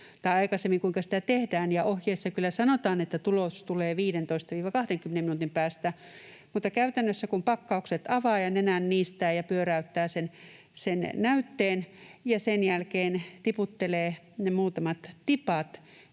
aikaisemmin, kuinka sitä tehdään, ja ohjeissa kyllä sanotaan, että tulos tulee 15—20 minuutin päästä, mutta käytännössä, kun pakkaukset avaa ja nenän niistää ja pyöräyttää sen näytteen ja sen jälkeen tiputtelee ne muutamat tipat,